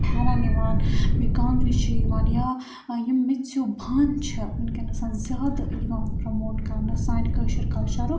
پھیٚرن یِوان بیٚیہِ کانٛگرِ چھِ یِوان یا یِم میٚژِو بانہٕ چھِ وُنکیٚس زیادٕ یِوان پرٛیٚموٹ کَرنہٕ سانہِ کٲشرِ کَلچَرُک